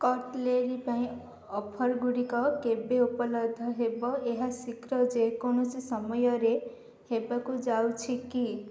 cutlery ପାଇଁ offer ଗୁଡ଼ିକ କେବେ ଉପଲବ୍ଧ ହେବ ଏହା ଶୀଘ୍ର ଯେକୌଣସି ସମୟରେ ହେବାକୁ ଯାଉଛି କି